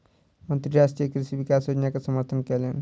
मंत्री राष्ट्रीय कृषि विकास योजना के समर्थन कयलैन